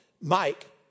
Mike